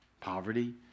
poverty